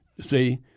See